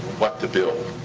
what to build.